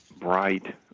bright